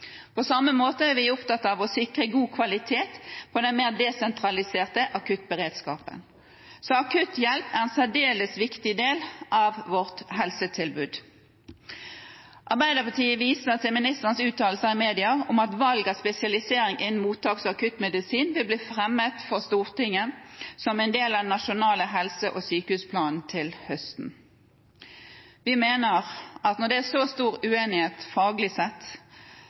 På samme måte er vi opptatt av å sikre god kvalitet på den mer desentraliserte akuttberedskapen. Akutthjelp er en særdeles viktig del av vårt helsetilbud. Arbeiderpartiet viser til ministerens uttalelse i media om at valg av spesialisering innen mottaks- og akuttmedisin vil bli fremmet for Stortinget som en del av den nasjonale helse- og sykehusplanen til høsten. Vi mener at når det er så stor uenighet faglig sett,